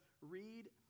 read